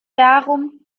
darum